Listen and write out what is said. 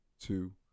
Two